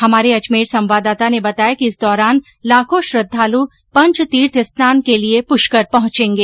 हमारे अजमेर संवाददाता ने बताया कि इस दौरान लाखों श्रद्धालु पंच तीर्थ स्नान के लिए पुष्कर पहुंचेगे